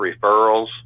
referrals